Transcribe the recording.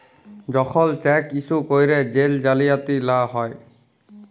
যখল cheque issue ক্যইরে জেল জালিয়াতি লা হ্যয়